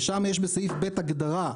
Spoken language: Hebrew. ושם יש בסעיף ב' הגדרה,